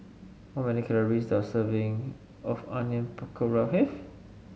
how many calories does a serving of Onion Pakora have